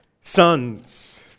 sons